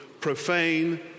profane